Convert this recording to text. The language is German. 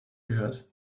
gehört